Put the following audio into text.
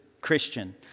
Christian